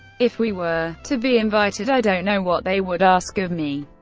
if we were to be invited, i don't know what they would ask of me.